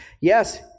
Yes